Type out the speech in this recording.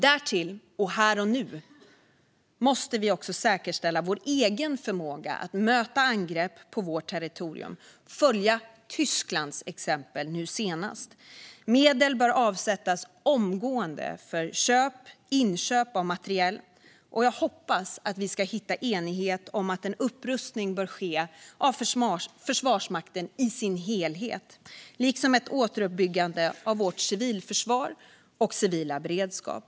Därtill, här och nu, måste vi också säkerställa vår egen förmåga att möta angrepp på vårt territorium och följa Tysklands exempel nu senast. Medel bör avsättas omgående för inköp av materiel, och jag hoppas att vi ska hitta enighet om att en upprustning bör ske av Försvarsmakten i dess helhet liksom ett återuppbyggande av vårt civilförsvar och vår civila beredskap.